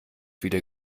wieder